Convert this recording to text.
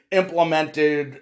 implemented